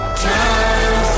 time